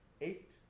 eight